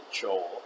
Joel